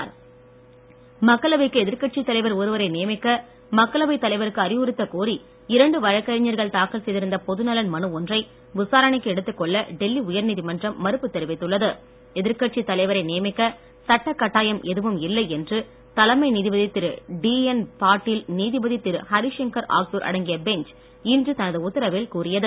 டெல்லி உயர்நீதிமன்றம் மக்களவைக்கு எதிர்க்கட்சித் தலைவர் ஒருவரை நியமிக்க மக்களவைத் தலைவருக்கு அறிவுறுத்த கோரி இரண்டு வழக்கறிஞர்கள் தாக்கல் செய்திருந்த பொதுநலன் மனு ஒன்றை விசாரணைக்கு எடுத்துக் கொள்ள டெல்லி உயர் நீதிமன்றம் மறுப்பு தெரிவித்துள்ளது எதிர்க்கட்சித் தலைவரை நியமிக்க சட்டக் கட்டாயம் எதுவும் இல்லை என்று தலைமை நீதிபதி திரு டி என் பாட்டில் நீதிபதி திரு ஹரி ஷங்கர் ஆகியோர் அடங்கிய பெஞ்ச் இன்று தனது உத்தரவில் கூறியது